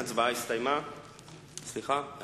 ההצעה להעביר את הנושא לוועדה שתקבע ועדת הכנסת נתקבלה.